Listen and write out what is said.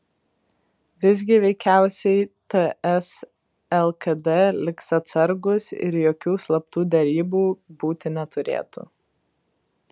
visgi veikiausiai ts lkd liks atsargūs ir jokių slaptų derybų būti neturėtų